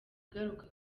igaruka